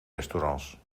restaurants